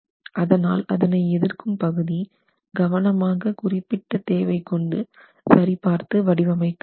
அதனால் அதனை எதிர்க்கும் பகுதி கவனமாக குறிப்பிட்ட தேவை கொண்டு சரிபார்த்து வடிவமைக்க வேண்டும்